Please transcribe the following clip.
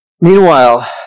meanwhile